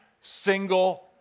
single